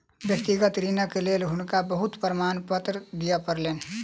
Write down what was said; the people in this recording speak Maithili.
व्यक्तिगत ऋणक लेल हुनका बहुत प्रमाणपत्र दिअ पड़लैन